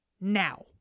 Now